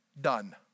done